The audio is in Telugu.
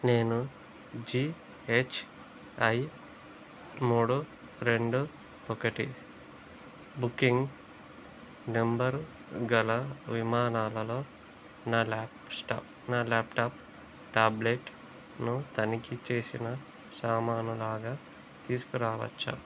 నేను జీహెచ్ఐ మూడు రెండు ఒకటి బుకింగ్ నంబరు గల విమానాలలో నా ల్యాప్స్ స్టాప్ ల్యాప్టాప్ టాబ్లెట్ను తనిఖీ చేసిన సామాను లాగా తీసుకురావచ్చా